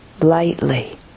lightly